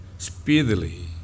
Speedily